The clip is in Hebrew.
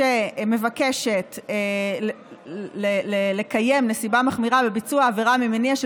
שמבקש לקיים נסיבה מחמירה בביצוע עבירה ממניע של